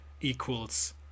equals